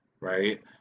right